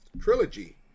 trilogy